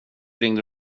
ringde